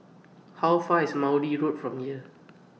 How Far IS Maude Road from here